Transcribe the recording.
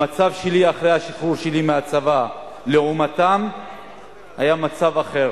המצב שלי אחרי השחרור שלי מהצבא לעומתם היה מצב אחר.